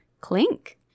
Clink